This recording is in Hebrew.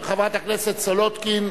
חברת הכנסת מרינה סולודקין,